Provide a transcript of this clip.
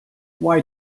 why